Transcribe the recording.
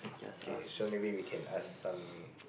K so maybe we can ask some